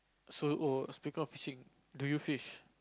so oh speaker of fishing do you fish